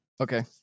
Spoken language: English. Okay